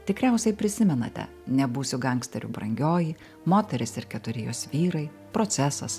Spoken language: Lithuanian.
tikriausiai prisimenate nebūsiu gangsteriu brangioji moteris ir keturi jos vyrai procesas